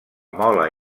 mola